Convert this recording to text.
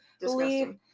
believe